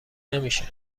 نمیشه